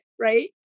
right